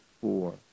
four